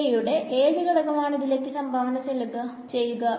A യുടെ ഏത് ഘടകമാണ് ഇതിലേക്ക് സംഭാവന ചെയ്യുക